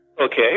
Okay